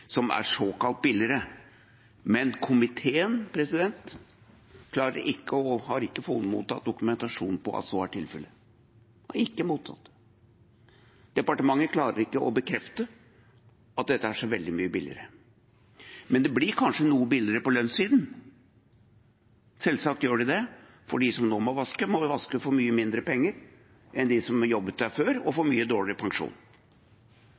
som er såkalt billigere. Men komiteen har ikke mottatt dokumentasjon på at så er tilfellet. Vi har ikke mottatt det. Departementet klarer ikke å bekrefte at dette er så veldig mye billigere. Det blir kanskje noe billigere på lønnssiden, selvsagt gjør det det, for de som nå må vaske, må vel vaske for mye mindre penger enn de som jobbet der før, og får mye dårligere pensjon.